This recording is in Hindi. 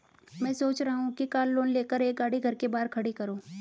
मैं सोच रहा हूँ कि कार लोन लेकर एक गाड़ी घर के बाहर खड़ी करूँ